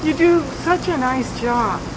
you do such a nice job